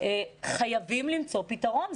חייבים למצוא פתרון.